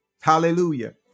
Hallelujah